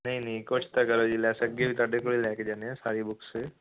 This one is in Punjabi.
ਨਹੀਂ ਨਹੀਂ ਕੁਛ ਤਾਂ ਕਰੋ ਜੀ ਲੈਸ ਅੱਗੇ ਵੀ ਤੁਹਾਡੇ ਕੋਲ ਲੈ ਕੇ ਜਾਂਦੇ ਹਾਂ ਸਾਰੀ ਬੁਕਸ